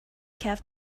kept